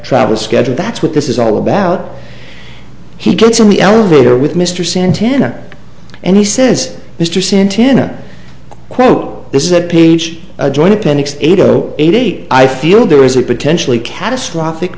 travel schedule that's what this is all about he gets on the elevator with mr santana and he says mr santana quote this is that page a joint appendix eight zero eight eight i feel there is a potentially catastrophic